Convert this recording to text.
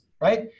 right